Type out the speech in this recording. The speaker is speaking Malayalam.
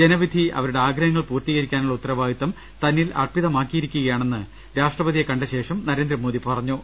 ജനവിധി അവരുടെ ആഗ്രഹങ്ങൾ പൂർത്തീകരിക്കാനുള്ള ഉത്ത രവാദിത്വം തന്നിൽ അർപ്പിതമാക്കിയിരിക്കുകയാണെന്ന് രാഷ്ട്ര പതിയെ കണ്ട ശേഷം നരേന്ദ്രമോദി പറഞ്ഞു